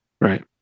Right